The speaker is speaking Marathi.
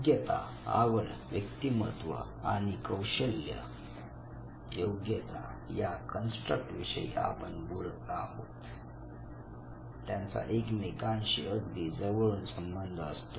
योग्यता आवड व्यक्तिमत्व आणि कौशल्य योग्यता या कन्स्ट्रक्ट विषयी आपण बोलत आहोत त्यांचा एकमेकांशी अगदी जवळून संबंध असतो